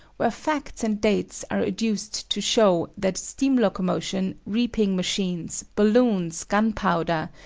where facts and dates are adduced to show that steam locomotion, reaping machines, balloons, gunpowder,